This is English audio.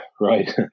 right